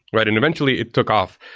right? and eventually it took off.